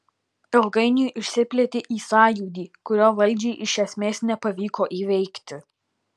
ilgainiui išsiplėtė į sąjūdį kurio valdžiai iš esmės nepavyko įveikti